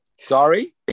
Sorry